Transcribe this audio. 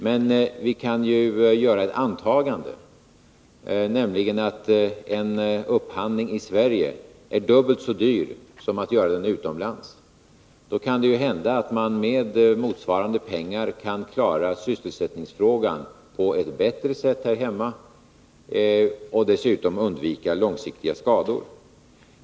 Men vi kan ju göra ett antagande, nämligen att en upphandling i Sverige är dubbelt så dyr som en upphandling utomlands. Då kan det hända att man med motsvarande pengar kan klara sysselsättningsfrågan på ett bättre sätt här hemma och dessutom kan undvika långsiktiga skador.